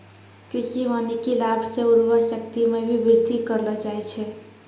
कृषि वानिकी लाभ से उर्वरा शक्ति मे भी बृद्धि करलो जाय छै